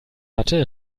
hatte